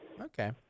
okay